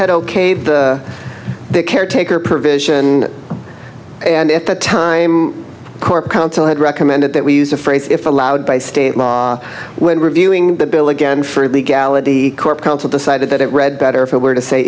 had okayed the caretaker provision and at the time corps council had recommended that we use the phrase if allowed by state law when reviewing the bill again for legality court counsel decided that it read better if it were to say